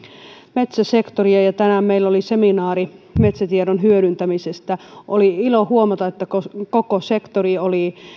metsäsektoria tänään meillä oli seminaari metsätiedon hyödyntämisestä ja oli ilo huomata että koko sektori oli